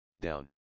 down